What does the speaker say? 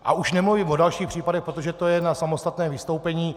A už nemluvím o dalších případech, protože to je na samostatné vystoupení.